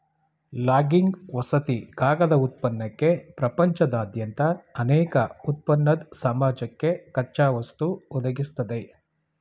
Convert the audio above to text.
logging ವಸತಿ ಕಾಗದ ಉತ್ಪನ್ನಕ್ಕೆ ಪ್ರಪಂಚದಾದ್ಯಂತ ಅನೇಕ ಉತ್ಪನ್ನದ್ ಸಮಾಜಕ್ಕೆ ಕಚ್ಚಾವಸ್ತು ಒದಗಿಸ್ತದೆ